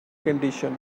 condition